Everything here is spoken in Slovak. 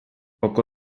oko